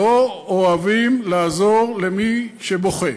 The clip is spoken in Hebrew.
לא אוהבים לעזור למי שבוכה,